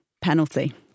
Penalty